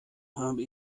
habe